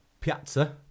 Piazza